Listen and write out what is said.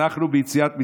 אנחנו ביציאת מצרים,